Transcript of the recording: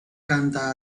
canta